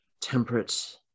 temperate